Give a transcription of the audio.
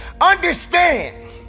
understand